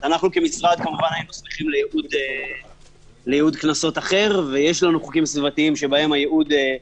צהריים טובים לכולם, אני פותח את ישיבת הוועדה.